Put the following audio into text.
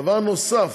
דבר נוסף,